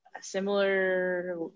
similar